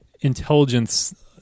intelligence